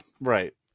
Right